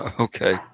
Okay